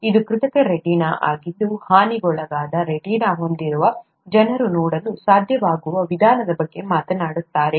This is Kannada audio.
ಇದು ಕೃತಕ ರೆಟಿನಾ ಆಗಿದ್ದು ಹಾನಿಗೊಳಗಾದ ರೆಟಿನಾ ಹೊಂದಿರುವ ಜನರು ನೋಡಲು ಸಾಧ್ಯವಾಗುವ ವಿಧಾನದ ಬಗ್ಗೆ ಮಾತನಾಡುತ್ತಾರೆ